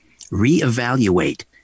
reevaluate